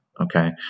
Okay